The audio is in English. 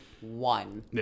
one